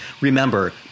Remember